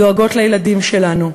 דואגות לילדים שלנו.